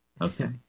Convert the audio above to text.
Okay